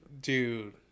Dude